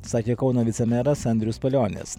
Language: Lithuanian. sakė kauno vicemeras andrius palionis